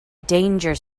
danger